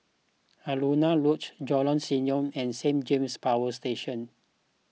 Alaunia Lodge Jalan Senyum and Saint James Power Station